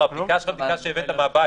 אבל הבדיקה שלך היא בדיקה שהבאת מהבית,